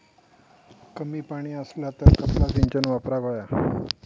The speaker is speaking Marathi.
कमी पाणी असला तर कसला सिंचन वापराक होया?